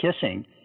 Kissing